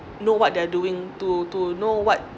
know what they're doing to to know what